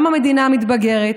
גם המדינה מתבגרת,